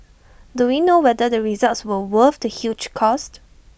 do we know whether the results were worth the huge cost